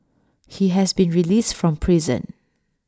he has been released from prison